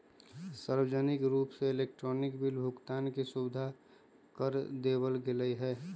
सार्वजनिक रूप से इलेक्ट्रॉनिक बिल भुगतान के सुविधा कर देवल गैले है